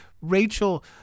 Rachel